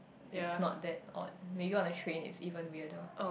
it's not that odd maybe you on the train it's even weirder